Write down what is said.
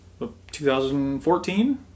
2014